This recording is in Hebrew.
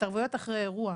התערבויות אחרי אירוע,